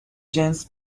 جنس